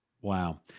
Wow